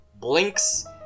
blinks